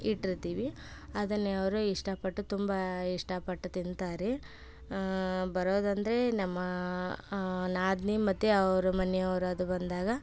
ಇಟ್ಟಿರ್ತೀವಿ ಅದನ್ನೇ ಅವರು ಇಷ್ಟಪಟ್ಟು ತುಂಬ ಇಷ್ಟಪಟ್ಟು ತಿಂತಾರೆ ಬರೋದಂದರೆ ನಮ್ಮ ನಾದಿನಿ ಮತ್ತು ಅವ್ರ ಮನೆಯವ್ರು ಅದು ಬಂದಾಗ